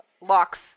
lock